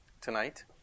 tonight